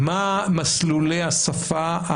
מה מסלולי השפה,